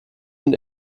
und